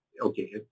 Okay